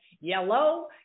yellow